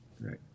Right